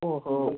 ஓஹோ